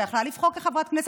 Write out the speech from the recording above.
שהיא יכלה לבחור כחברת כנסת,